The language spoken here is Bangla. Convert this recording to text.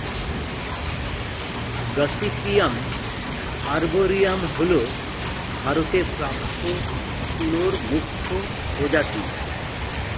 গসিপিয়াম আর্বরিয়াম হল ভারতে প্রাপ্ত তুলোর মুখ্য প্রজাতি